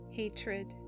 hatred